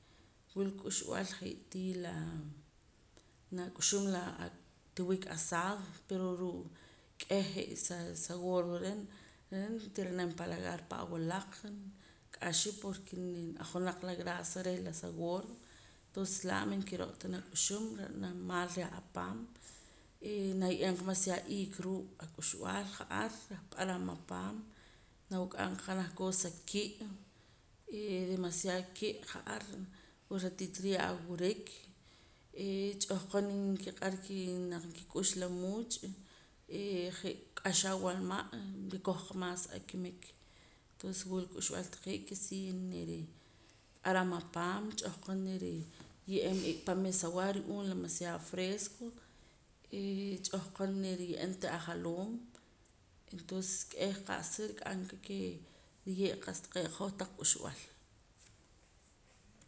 Wula k'uxb'al je'tii laa nak'uxum la tiwik azado pero ruu' k'eh je' sa gordo reh ntiri'nam empalagar paa awalaq k'axa porque ojonaq la grasa reh la sa gordo tonces laa man kiro' ta nak'uxum ra'nam maal reh apaam eh naye'eem qa demaciado iik ruu' ak'uxb'aal ja'ar rah p'aram apaam nawuk'am qa ja'ar janaj cosa ki' demaciado ki' ja'ar wila ratito reh nriye' awurik eh ch'ahqon nkiq'ar ke naq nkik'ux laa muuch' eh je' k'axa awalma' rikoj qa maas akimik tonces wula k'uxb'al taqee' ke si niri p'aram apaam ch'ahqom niri ye'eem rik'a pamis awah ru'uum la demaciodo fresco eh ch'ahqon niriye'eem te' ajaloom entonces k'eh qa'sa rik'am kee riye' qa'sa taqee' hoj taq k'uxb'al